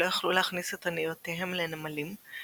שלא יכלו להכניס את אוניותיהם לנמלים,